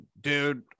dude